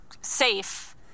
safe